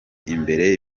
imbere